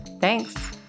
Thanks